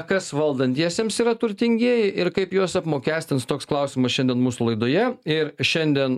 kas valdantiesiems yra turtingieji ir kaip juos apmokestins toks klausimas šiandien mūsų laidoje ir šiandien